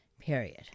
period